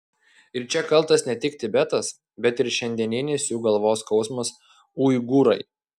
ir čia kaltas ne tik tibetas bet ir šiandieninis jų galvos skausmas uigūrai